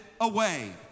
away